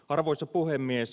arvoisa puhemies